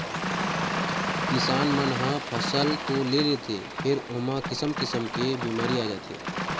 किसान मन ह फसल तो ले लेथे फेर ओमा किसम किसम के बिमारी आ जाथे